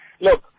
Look